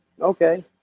Okay